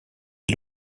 est